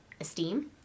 esteem